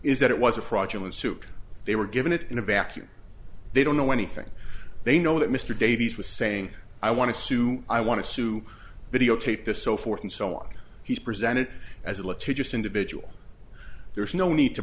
is that it was a fraudulent suit they were given it in a vacuum they don't know anything they know that mr davies was saying i want to sue i want to sue videotaped this so forth and so on he's presented as a litigious individual there's no need to